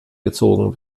gesogen